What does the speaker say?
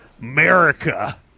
America